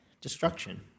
destruction